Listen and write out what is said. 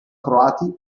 croati